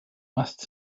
must